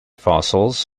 fossils